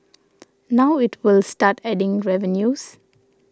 now it will start adding revenues